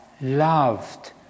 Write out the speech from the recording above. loved